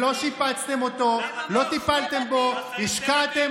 לא, אתה דיברת כבר, כולם שמעו את השקר.